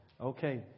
Okay